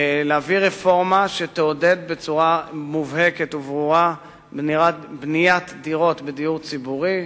להביא רפורמה שתעודד בצורה מובהקת וברורה בניית דירות בדיור ציבורי,